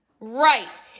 Right